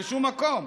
בשום מקום,